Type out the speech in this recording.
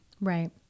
Right